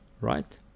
right